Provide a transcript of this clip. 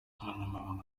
umunyamabanga